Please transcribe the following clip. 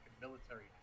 military